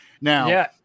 Now